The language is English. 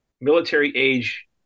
military-age